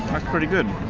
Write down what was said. pretty good!